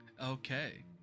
Okay